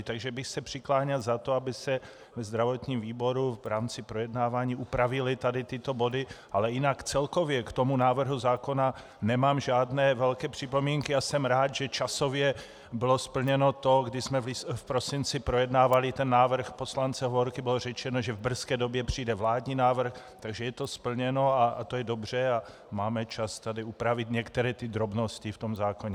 Takže bych se přikláněl za to, aby se ve zdravotním výboru v rámci projednávání upravily tady tyto body, ale jinak celkově k tomu návrhu zákona nemám žádné velké připomínky a jsem rád, že časově bylo splněno to, kdy jsme v prosinci projednávali ten návrh poslance Hovorky bylo řečeno, že v brzké době přijde vládní návrh, takže je to splněno a to je dobře a máme čas tady upravit některé ty drobnosti v tom zákoně.